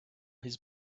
his